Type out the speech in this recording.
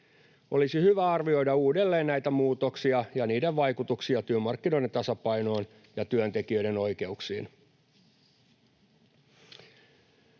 Olisi hyvä arvioida uudelleen näitä muutoksia ja niiden vaikutuksia työmarkkinoiden tasapainoon ja työntekijöiden oikeuksiin.